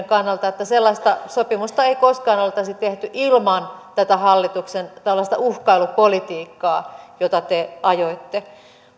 kannalta että sellaista sopimusta ei koskaan oltaisi tehty ilman tällaista hallituksen uhkailupolitiikkaa jota te ajoitte